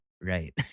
right